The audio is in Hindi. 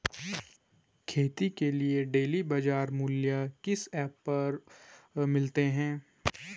खेती के डेली बाज़ार मूल्य किस ऐप पर मिलते हैं?